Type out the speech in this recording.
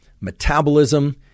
metabolism